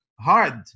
hard